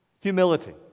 Humility